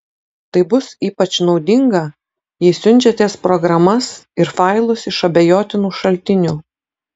tai bus ypač naudinga jei siunčiatės programas ir failus iš abejotinų šaltinių